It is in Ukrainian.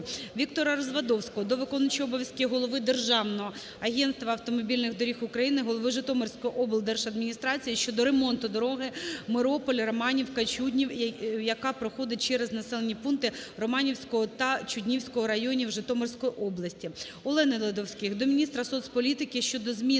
Віктора Развадовського до виконуючого обов'язки голови Державного агентства автомобільних доріг України, голови Житомирської облдержадміністрації щодо ремонту дороги Мирополь-Романівка-Чуднів, яка проходить через населені пункти Романівського та Чуднівського районів Житомирської області. Олени Ледовський до міністра соціальної політики